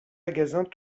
magasins